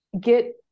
get